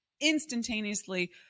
instantaneously